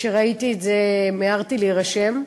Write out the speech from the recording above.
וכשראיתי את זה מיהרתי להירשם.